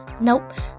Nope